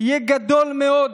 יהיה גדול מאוד,